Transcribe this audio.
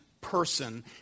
person